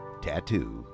Tattoo